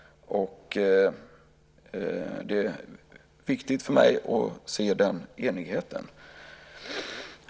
Det är viktigt för mig att se den enigheten.